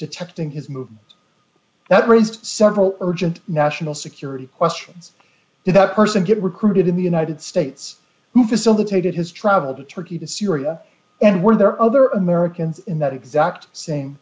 detecting his move that raised several urgent national security questions to that person get recruited in the united states who facilitated his travel to turkey to syria and were there other americans in that exact same